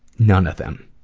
none of them.